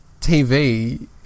TV